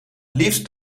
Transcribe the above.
liefst